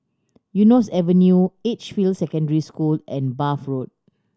Eunos Avenue Edgefield Secondary School and Bath Road